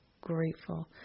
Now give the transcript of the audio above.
grateful